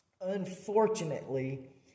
unfortunately